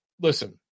listen